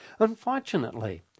Unfortunately